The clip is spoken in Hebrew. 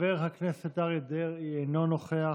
חבר הכנסת אריה דרעי, אינו נוכח.